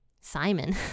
Simon